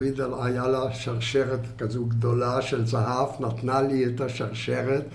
וידאל היה לה שרשרת כזו גדולה של זהב, נתנה לי את השרשרת